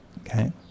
Okay